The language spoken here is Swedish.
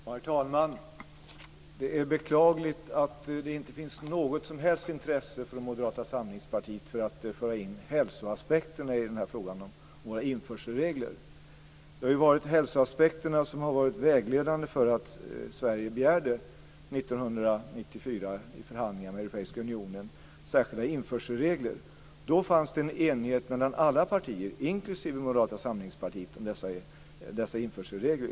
Herr talman! Det är beklagligt att det inte finns något som helst intresse från Moderata samlingspartiet för att föra in hälsoaspekterna i frågan om våra införselregler. Det var ju hälsoaspekterna som var vägledande för att Sverige 1994 i förhandlingar med den europeiska unionen begärde särskilda införselregler. Då fanns det en enighet mellan alla partier, inklusive Moderata samlingspartiet, om dessa införselregler.